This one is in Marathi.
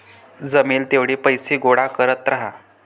जमेल तेवढे पैसे गोळा करत राहा